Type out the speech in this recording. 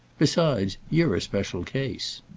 besides, you're a special case.